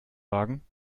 wagen